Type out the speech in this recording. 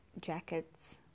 jackets